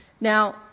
Now